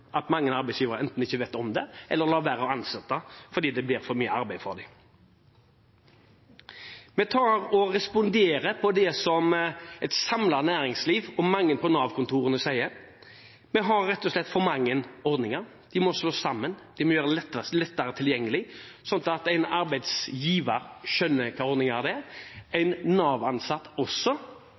at mange arbeidsgivere enten ikke vet om det, eller lar være å ansette fordi det blir for mye arbeid for dem. Vi responderer på det som et samlet næringsliv og mange på Nav-kontorene sier. Vi har rett og slett for mange ordninger. De må slås sammen, de må gjøres lettere tilgjengelig, sånn at en arbeidsgiver skjønner hva